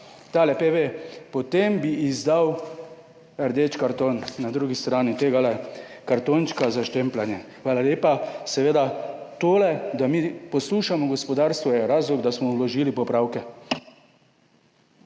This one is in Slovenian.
tale PV, potem bi izdal rdeč karton na drugi strani tegale kartončka za štempljanje. Hvala lepa. Seveda tole, da mi poslušamo, gospodarstvo je razlog, da smo vložili popravke.